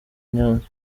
nyanza